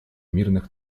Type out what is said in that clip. мирных